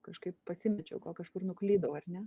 kažkaip pasimečiau gal kažkur nuklydau ar ne